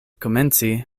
komenci